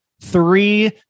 three